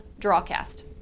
Drawcast